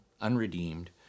unredeemed